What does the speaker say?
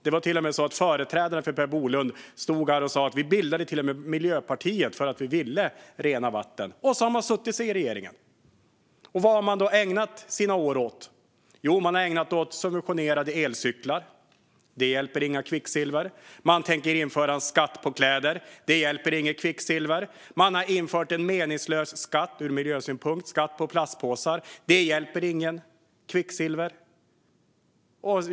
Det var till och med så att Per Bolunds företrädare sa att Miljöpartiet bildades därför att man ville rena vatten. Sedan har Miljöpartiet satt sig i regeringen, och vad har man ägnat sina år åt? Jo, man har ägnat sig åt subventionerade elcyklar. Det hjälper inte i frågan om kvicksilver. Man tänker införa skatt på kläder. Det hjälper inte i frågan om kvicksilver. Man har infört en meningslös skatt ur miljösynpunkt, nämligen skatt på plastpåsar. Det hjälper inte i frågan om kvicksilver.